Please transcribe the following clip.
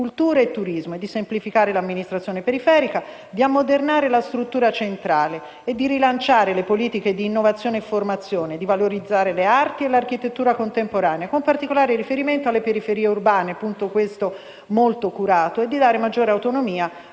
di semplificare l'amministrazione periferica, di ammodernare la struttura centrale, di rilanciare le politiche di innovazione e formazione, di valorizzare le arti e l'architettura contemporanee con particolare riferimento alle periferie urbane, punto questo molto curato, e di dare maggiore autonomia